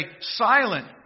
silent